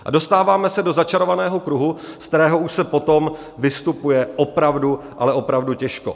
A dostáváme se do začarovaného kruhu, ze kterého už se potom vystupuje opravdu, ale opravdu těžko.